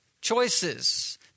Choices